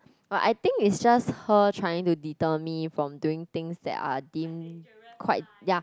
but I think it's just her trying to deter me from doing things that are deemed quite ya